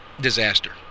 disaster